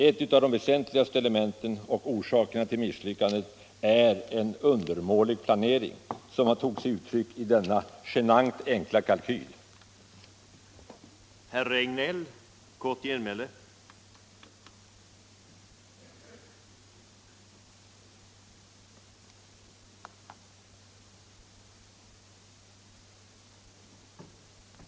Ett av de väsentligaste elementen och en av de väsentligaste orsakerna till misslyckandena är en undermålig planering, som har tagit sig uttryck i bl.a. den genant enkla kalkyl som låg till grund för ursprungssatsningen.